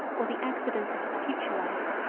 or the accidents of his future life,